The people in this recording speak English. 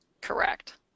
Correct